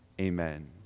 Amen